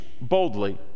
boldly